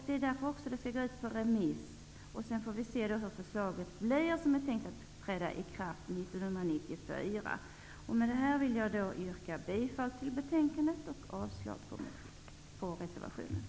Det är därför som det skall skickas ut på remiss. Sedan får vi se hur förslaget blir. Ändringen är tänkt att träda i kraft 1994. Med detta, fru talman, yrkar jag bifall till utskottets hemställan och avslag på reservationen.